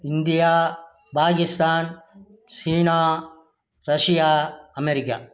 India Pakistan China Russia America